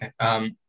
Okay